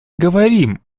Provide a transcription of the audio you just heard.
говорим